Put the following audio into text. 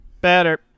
Better